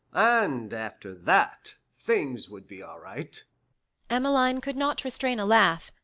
and after that things would be all right emmeline could not restrain a laugh,